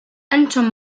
أنتم